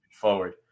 Forward